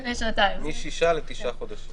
משישה לתשעה חודשים.